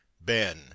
Ben